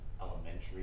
Elementary